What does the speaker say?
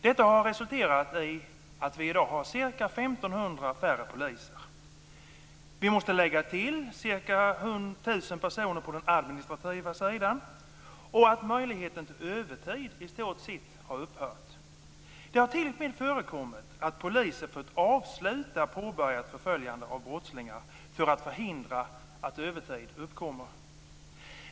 Detta har resulterat i att vi i dag har ca 1 500 färre poliser. Vi måste lägga till att ca 1 000 personer på den administrativa sidan har sagts upp och att möjligheten till övertid i stort sett har upphört. Det har t.o.m. förekommit att poliser fått avsluta ett påbörjat förföljande av brottslingar för att förhindra att övertid uppkommer.